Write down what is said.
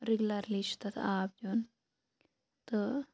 regularly چھُ تَتھ آب دیُن تہٕ